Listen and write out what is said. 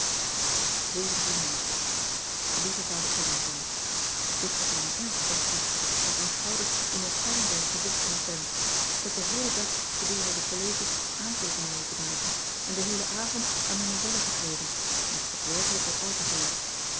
ei ieve adertje angbeen it wordt maar een erg kort briefje want mijn schouders doers al pijn bij het gezicht van een pen k heb den heelen dag gedurende de colleges aanteekeningen moeten maken en den heelen avond aan mijn novelle geschreven en dat is toch werkelijk wat al te veel